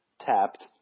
tapped